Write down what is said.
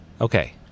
okay